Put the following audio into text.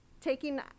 taking